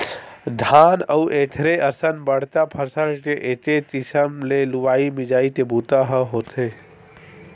धान अउ एखरे असन बड़का फसल के एके किसम ले लुवई मिजई के बूता ह होथे